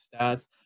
stats